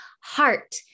heart